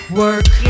work